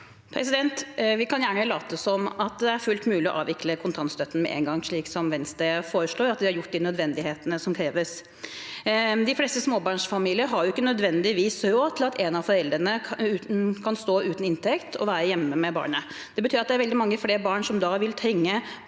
Vi kan gjerne late som det er fullt mulig å avvikle kontantstøtten med en gang, slik Venstre foreslår, og at vi har gjort de nødvendighetene som kreves, men de fleste småbarnsfamilier har ikke nødvendigvis råd til at en av foreldrene kan stå uten inntekt og være hjemme med barnet. Det betyr at det da vil være veldig mange flere barn enn før som vil trenge